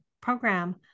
program